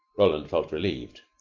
roland felt relieved.